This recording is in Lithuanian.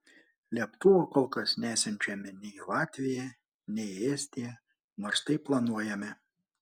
lėktuvo kol kas nesiunčiame nei į latviją nei į estiją nors tai planuojame